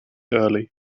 early